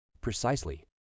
Precisely